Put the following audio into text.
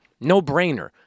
No-brainer